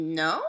no